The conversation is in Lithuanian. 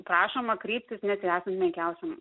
prašoma kreiptis net ir esant menkiausiam